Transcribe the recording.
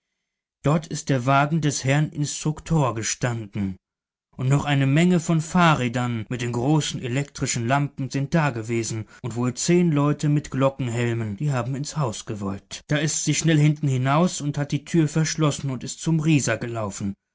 dort ist der wagen des herrn instruktor gestanden und noch eine menge von fahrrädern mit den großen elektrischen lampen sind dagewesen und wohl zehn leute mit glockenhelmen die haben ins haus gewollt da ist sie schnell hinten hinaus und hat die tür verschlossen und ist zum rieser gelaufen